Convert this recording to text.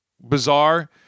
bizarre